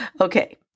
Okay